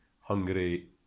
Hungary